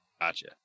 Gotcha